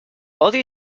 odio